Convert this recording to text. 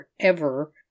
forever